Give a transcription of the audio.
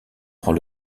prend